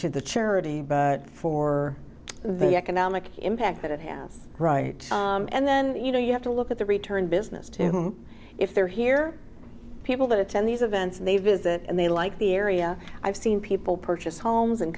to the charity but for the economic impact that it has right and then you know you have to look at the return business to home if they're here people that attend these events and they visit and they like the area i've seen people purchase homes and